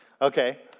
okay